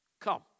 Come